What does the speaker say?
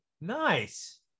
Nice